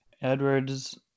edwards